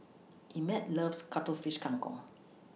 Emett loves Cuttlefish Kang Kong